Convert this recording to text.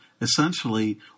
essentially